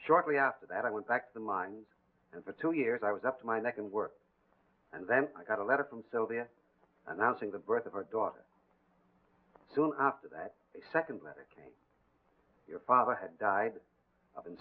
shortly after that i went back to the mines and for two years i was up to my neck and work and then i got a letter from sylvia announcing the birth of our daughter soon after that second mccain your father had died of